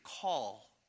call